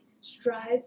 strive